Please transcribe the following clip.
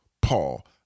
Paul